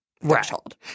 threshold